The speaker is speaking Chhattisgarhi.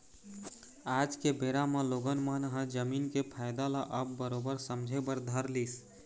आज के बेरा म लोगन मन ह जमीन के फायदा ल अब बरोबर समझे बर धर लिस